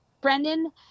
Brendan